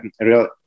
real